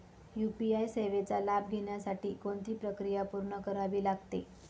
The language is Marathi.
यू.पी.आय सेवेचा लाभ घेण्यासाठी कोणती प्रक्रिया पूर्ण करावी लागते?